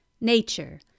nature